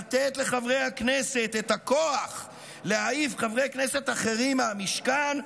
לתת לחברי הכנסת את הכוח להעיף חברי כנסת אחרים מהמשכן,